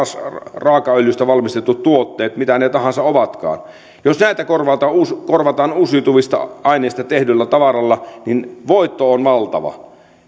raakaöljystä valmistetut tuotteet mitä tahansa ne ovatkaan jos näitä korvataan uusiutuvista aineista tehdyllä tavaralla niin voitto on valtava